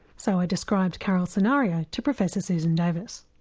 so i described carole's scenario to professor susan davis.